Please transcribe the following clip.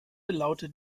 lautet